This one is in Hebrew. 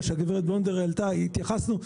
התייחסנו לזה.